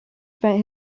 spent